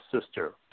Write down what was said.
sister